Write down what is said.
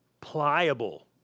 pliable